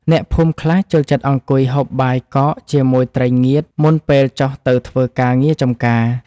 អ្នកភូមិខ្លះចូលចិត្តអង្គុយហូបបាយកកជាមួយត្រីងៀត មុនពេលចុះទៅធ្វើការងារចម្ការ។